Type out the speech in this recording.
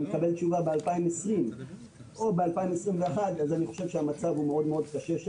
מקבל תשובה ב-2020 או ב-2021 אז אני חושב שהמצב שם הוא מאוד מאוד קשה.